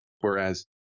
whereas